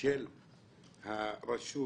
של הרשות